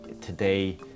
today